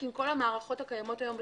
עם כל המערכות הקיימות היום בשוק.